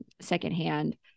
secondhand